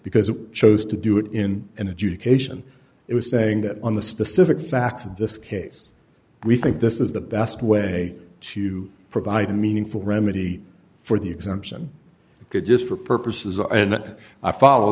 because it chose to do it in an adjudication it was saying that on the specific facts of this case we think this is the best way to provide a meaningful remedy for the exemption is good just for purposes and that i follow